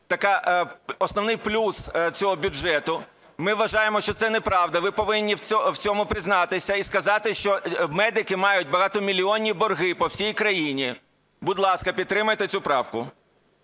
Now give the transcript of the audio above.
як основний плюс цього бюджету, ми вважаємо, що це неправда. Ви повинні в цьому признатися і сказати, що медики мають багатомільйонні борги по всій країні. Будь ласка, підтримайте цю правку.